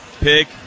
Pick